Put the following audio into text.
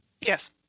Yes